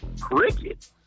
Cricket